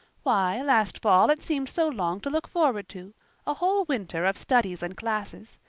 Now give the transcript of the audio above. why, last fall it seemed so long to look forward to a whole winter of studies and classes.